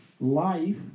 life